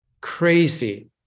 Crazy